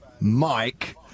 Mike